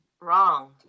wrong